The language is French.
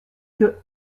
que